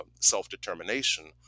self-determination